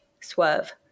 swerve